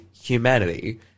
humanity